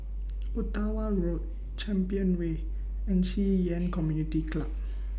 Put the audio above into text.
Ottawa Road Champion Way and Ci Yuan Community Club